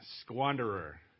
squanderer